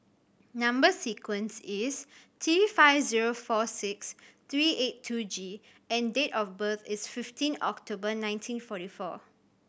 number sequence is T five zero four six three eight two G and date of birth is fifteen October nineteen forty four